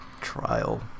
trial